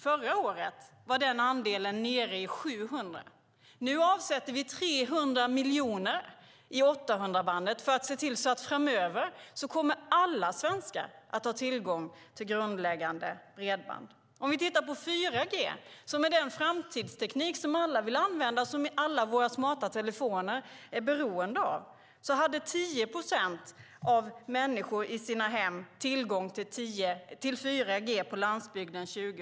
Förra året var antalet nere i 700. Nu avsätter vi 300 miljoner till 800-bandet för att se till att alla svenskar framöver ska ha tillgång till grundläggande bredband. Låt oss titta på 4G, som är den framtidsteknik som vi alla vill använda och som alla våra smarta telefoner är beroende av. 10 procent av människorna hade tillgång i sina hemma till 4G på landsbygden 2011.